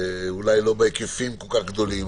אולי לא בהיקפים כל כך גדולים,